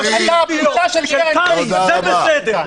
פשיסטיות זה בסדר,